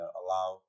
allow